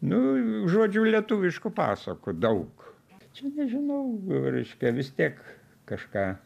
nu žodžiu lietuviškų pasakų daug čia nežinau reiškia vis tiek kažką